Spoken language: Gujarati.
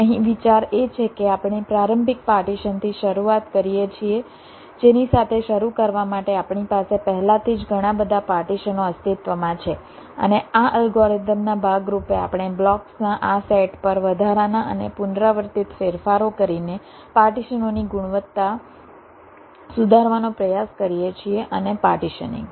અહીં વિચાર એ છે કે આપણે પ્રારંભિક પાર્ટીશનથી શરૂઆત કરીએ છીએ જેની સાથે શરૂ કરવા માટે આપણી પાસે પહેલાથી જ ઘણા બધા પાર્ટીશનો અસ્તિત્વમાં છે અને આ અલ્ગોરિધમના ભાગ રૂપે આપણે બ્લોક્સના આ સેટ પર વધારાના અને પુનરાવર્તિત ફેરફારો કરીને પાર્ટીશનોની ગુણવત્તા સુધારવાનો પ્રયાસ કરીએ છીએ અને પાર્ટીશનીંગ